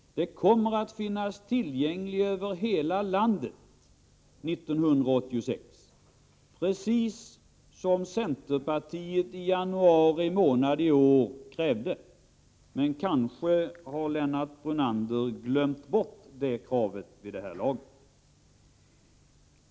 Den kommer att finnas tillgänglig över hela landet 1986, precis som centerpartiet i januari månad i år krävde. Kanske har Lennart Brunander glömt bort detta krav vid det här laget.